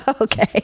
okay